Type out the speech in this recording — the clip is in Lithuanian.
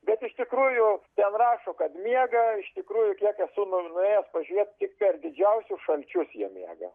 bet iš tikrųjų ten rašo kad miega iš tikrųjų kiek esu nu nuėjęs pažiūrėt tik per didžiausius šalčius jie miega